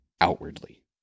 outwardly